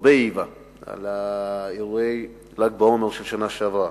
רבות על אירועי ל"ג בעומר של השנה שעברה.